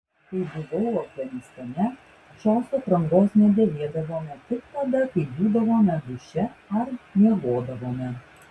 kai buvau afganistane šios aprangos nedėvėdavome tik tada kai būdavome duše ar miegodavome